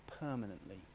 permanently